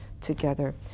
together